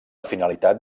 finalitat